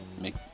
Make